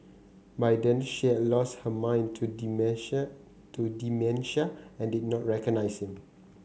by then she had lost her mind to dementia to dementia and did not recognise him